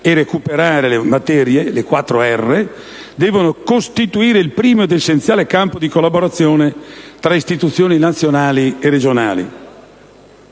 recuperare le materie: le cosiddette «quattro erre») devono costituire il primo ed essenziale campo di collaborazione tra istituzioni nazionali e regionali.